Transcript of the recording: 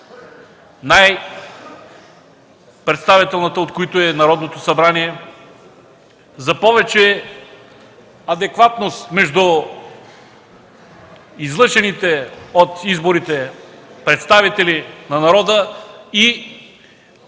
най представителната от които е Народното събрание, за повече адекватност между излъчените от изборите представители на народа и